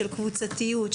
של קבוצתיות,